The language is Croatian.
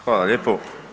Hvala lijepo.